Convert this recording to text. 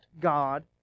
God